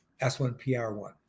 S1PR1